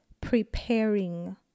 preparing